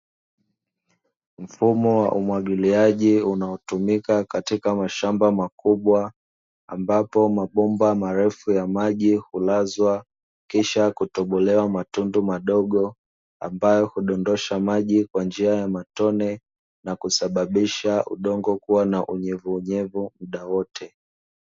Mfumo wa umwagiliaji unaotumika katika mashamba makubwa ambapo mabomba marefu ya maji hulazwa kisha kutobolewa matundu madogo, ambayo hudondosha maji kwa njia ya matone na kusababisha udongo kua na unyevunyevu muda wote.